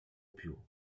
più